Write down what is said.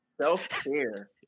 Self-care